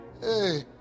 hey